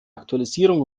aktualisierung